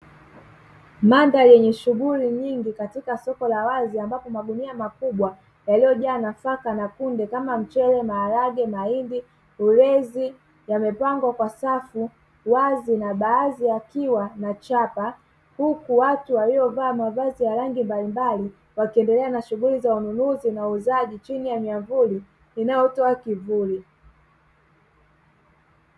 Mandhari yenye shughuli nyingi katika soko la wazi ambapo magunia makubwa yaliyojaa nafaka na kunde kama: mchele, maharage, mahindi, ulezi; yamepangwa kwa safu wazi na baadhi yakiwa na chapa, huku watu waliovaa mavazi ya rangi mbalimbali wakiendelea na shughuli za ununuzi na uuzaji chini ya miamvuli inayotoa kivuli.